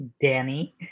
Danny